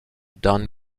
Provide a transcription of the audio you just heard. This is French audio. dan